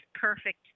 perfect